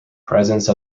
presence